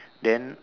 then